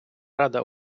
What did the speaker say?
рада